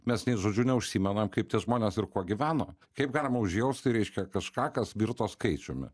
mes nei žodžiu neužsimenam kaip tie žmonės ir kuo gyveno kaip galima užjausti reiškia kažką kas virto skaičiumi